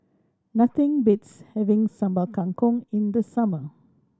nothing beats having Sambal Kangkong in the summer